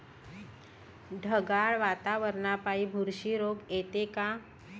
ढगाळ वातावरनापाई बुरशी रोग येते का?